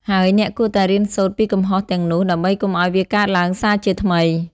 ហើយអ្នកគួរតែរៀនសូត្រពីកំហុសទាំងនោះ ដើម្បីកុំឱ្យវាកើតឡើងសាជាថ្មី។